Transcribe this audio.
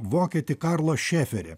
vokietį karlą šeferį